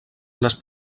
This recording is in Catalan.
les